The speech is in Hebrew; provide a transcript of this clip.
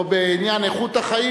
או בעניין איכות חיים,